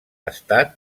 estat